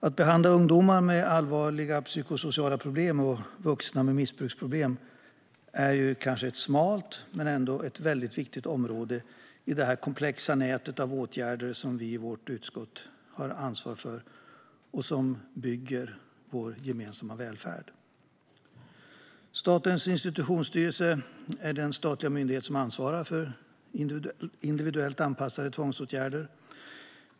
Att behandla ungdomar med allvarliga psykosociala problem och vuxna med missbruksproblem är ett kanske smalt men ändå väldigt viktigt område i det komplexa nät av åtgärder vi i vårt utskott har ansvar för och som bygger vår gemensamma välfärd. Statens institutionsstyrelse är den statliga myndighet som ansvarar för individuellt anpassade tvångsåtgärder.